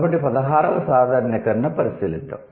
కాబట్టి పదహారవ సాధారణీకరణను పరిశీలిద్దాం